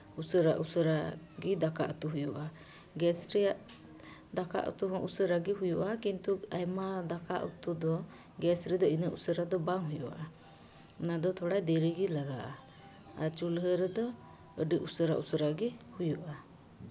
ᱩᱥᱟᱹᱨᱟ ᱩᱥᱟᱹᱨᱟ ᱜᱮ ᱫᱟᱠᱟ ᱩᱛᱩ ᱦᱩᱭᱩᱜᱼᱟ ᱜᱮᱥ ᱨᱮᱭᱟᱜ ᱫᱟᱠᱟ ᱩᱛᱩ ᱦᱚᱸ ᱩᱥᱟᱹᱨᱮ ᱜᱮ ᱦᱩᱭᱩᱜᱼᱟ ᱠᱤᱱᱛᱩ ᱟᱭᱢᱟ ᱫᱟᱠᱟ ᱩᱛᱩ ᱫᱚ ᱜᱮᱥ ᱨᱮᱫᱚ ᱩᱱᱟᱹᱜ ᱩᱥᱟᱹᱨᱟ ᱫᱚ ᱵᱟᱝ ᱦᱩᱭᱩᱜᱼᱟ ᱚᱱᱟ ᱫᱚ ᱛᱷᱚᱲᱟ ᱫᱮᱨᱤ ᱜᱮ ᱞᱟᱜᱟᱜᱼᱟ ᱟᱨ ᱪᱩᱞᱦᱟᱹ ᱨᱮᱫᱚ ᱟᱹᱰᱤ ᱩᱥᱟᱹᱨᱟᱼᱩᱥᱟᱹᱨᱟ ᱜᱮ ᱦᱩᱭᱩᱜᱼᱟ